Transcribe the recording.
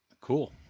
Cool